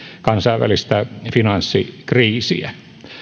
kansainvälistä finanssikriisiä